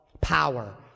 power